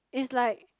it's like